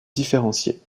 différenciées